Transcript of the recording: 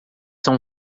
são